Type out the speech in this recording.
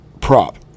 prop